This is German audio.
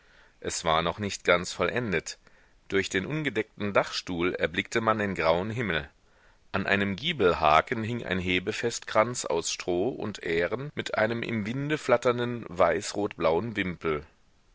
es war noch nicht ganz vollendet durch den ungedeckten dachstuhl erblickte man den grauen himmel an einem giebelhaken hing ein hebefestkranz aus stroh und ähren mit einem im winde flatternden weiß rot blauen wimpel